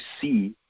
see